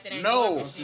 No